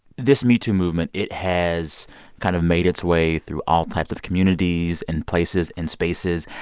this metoo movement, it has kind of made its way through all types of communities and places and spaces,